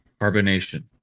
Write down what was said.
Carbonation